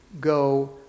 go